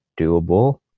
doable